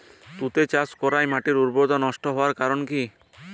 তুতে চাষ করাই মাটির উর্বরতা নষ্ট হওয়ার কারণ কি?